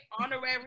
honorary